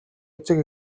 эцэг